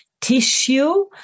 tissue